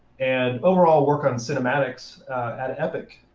and overall work on cinematics at epic.